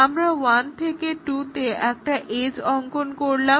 আমরা 1 থেকে 2 তে একটা এজ্ অঙ্কন করলাম